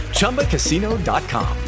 ChumbaCasino.com